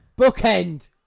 Bookend